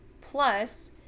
plus